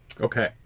Okay